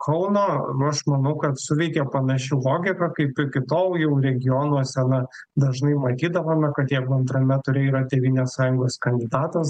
kauno nu aš manau kad suveikė panaši logika kaip iki tol jau regiono sena dažnai matydavome kad jeigu antrame ture yra tėvynės sąjungos kandidatas